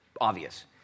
obvious